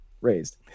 raised